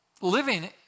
living